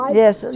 yes